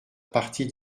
partie